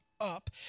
up